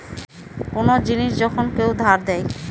কোন জিনিস যখন কেউ ধার দেয়